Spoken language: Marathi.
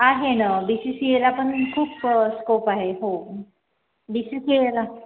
आहे न बी सी सी एला पन खूप स्कोप आहे हो बी सी सी एला